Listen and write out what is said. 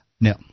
No